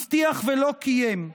הבטיח ולא קיים.